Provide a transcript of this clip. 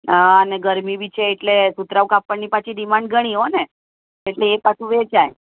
હા અને ગરમી બી છે એટલે સુતરાઉ કાપડની પાછી ડિમાન્ડ ઘણી હોં ને એટલે એ પાછું વેચાય